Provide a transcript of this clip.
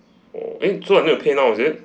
oh eh so I need to pay now is it